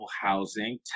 housing